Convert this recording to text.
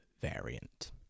variant